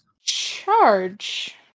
charge